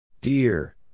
Dear